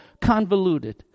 convoluted